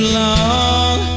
long